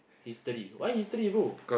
history why history bro